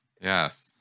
Yes